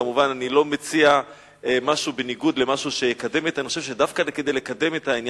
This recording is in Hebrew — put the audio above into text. כמובן אני לא מציע משהו בניגוד למשהו שיקדם את זה,